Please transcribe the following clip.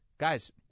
Guys